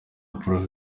paul